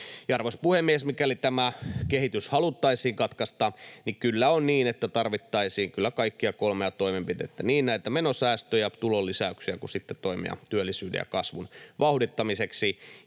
Arvoisa puhemies! Mikäli tämä kehitys haluttaisiin katkaista, kyllä on niin, että tarvittaisiin kaikkia kolmea toimenpidettä: niin näitä menosäästöjä, tulonlisäyksiä kuin sitten toimia työllisyyden ja kasvun vauhdittamiseksi.